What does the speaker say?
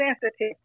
sensitive